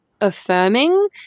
affirming